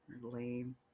lame